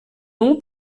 nom